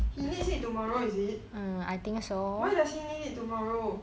he needs it tomorrow is it why does he need it tomorrow